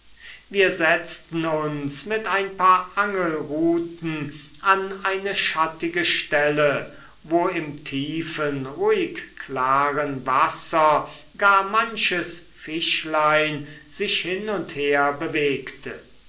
wir setzten uns mit ein paar angelruten an eine schattige stelle wo im tiefen ruhig klaren wasser gar manches fischlein sich hin und her bewegte